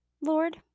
Lord